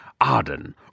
Arden